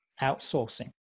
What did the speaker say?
outsourcing